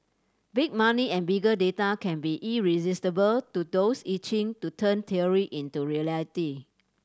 big money and bigger data can be irresistible to those itching to turn theory into reality